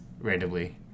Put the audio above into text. randomly